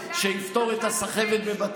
ואני גם